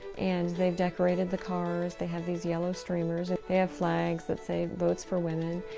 and they decorated the cars. they have these yellow streamers, ah they have flags that say vote for women,